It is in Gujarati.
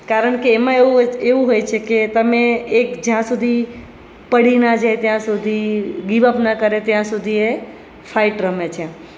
કારણ કે એમાં એવું હોય એવું હોય છે કે તમે એક જ્યાં સુધી પડીના જાય ત્યાં સુધી ગિવ અપ ના કરે ત્યાં સુધી એ ફાઇટ રમે છે